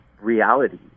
reality